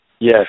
Yes